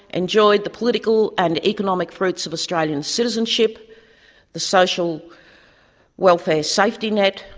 enjoyed the political and economic fruits of australian citizenship the social welfare safety net,